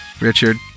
Richard